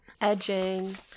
Edging